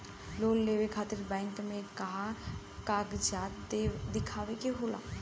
Loan लेवे खातिर bank मे का कागजात दिखावे के होला?